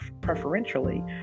preferentially